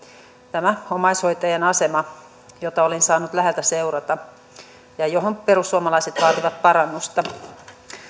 tämä omaishoitajien asema jota olin saanut läheltä seurata ja johon perussuomalaiset vaativat parannusta